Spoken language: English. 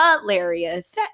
Hilarious